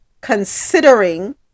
considering